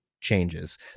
changes